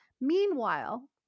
Meanwhile